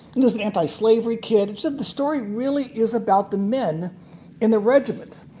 he was an anti-slavery kid. said the story really is about the men in the regiment.